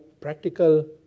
practical